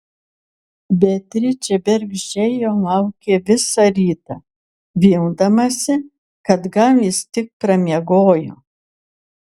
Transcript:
beatričė bergždžiai jo laukė visą rytą vildamasi kad gal jis tik pramiegojo